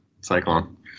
cyclone